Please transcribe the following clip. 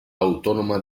autónoma